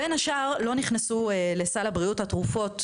בין השאר לא נכנסו לסל הבריאות התרופות,